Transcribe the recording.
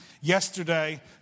yesterday